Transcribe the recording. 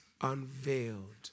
unveiled